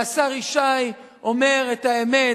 השר ישי אומר את האמת: